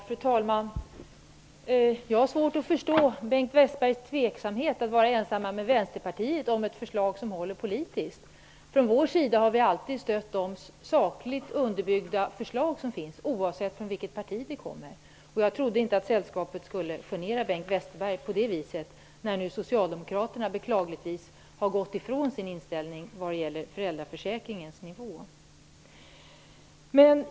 Fru talman! Jag har svårt att förstå Bengt Westerbergs tveksamhet inför att vara ensam med Från vår sida har vi alltid stött sakligt underbyggda förslag, oavsett från vilket parti de kommer. Jag trodde inte att sällskapet skulle genera Bengt Westerberg på det viset, när nu Socialdemokraterna beklagligtvis har gått ifrån sin tidigare inställning till föräldraförsäkringens ersättningsnivå.